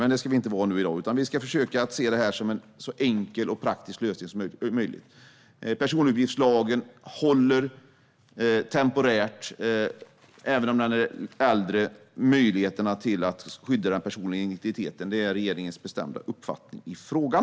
Men det ska vi inte vara i dag, utan vi ska försöka se detta som en så enkel och praktisk lösning som möjligt. Personuppgiftslagen håller temporärt, även om den är gammal, för att skydda den personliga integriteten. Det är regeringens bestämda uppfattning i frågan.